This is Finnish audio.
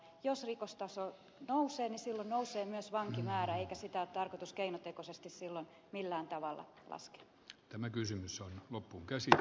jos rikostaso nousee niin silloin nousee myös vankimäärä eikä sitä ole tarkoitus keinotekoisesti silloin millään tavalla laskien tämä kysymys on loppuun laskea